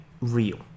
real